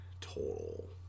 total